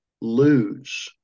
lose